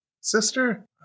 sister